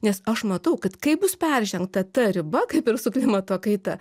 nes aš matau kad kai bus peržengta ta riba kaip ir su klimato kaita